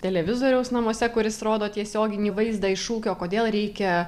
televizoriaus namuose kuris rodo tiesioginį vaizdą iš ūkio kodėl reikia